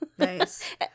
Nice